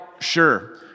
sure